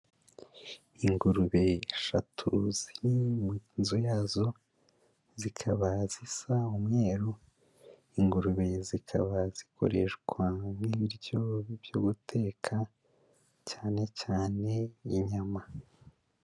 Ingurube eshatu ziri mu nzu yazo, zikaba zisa umweru, ingurube zikaba zikoreshwa nk'ibiryo byo guteka, cyane cyane inyama.